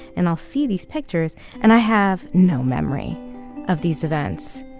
and i'll see these pictures and i have no memory of these events.